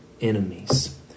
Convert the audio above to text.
enemies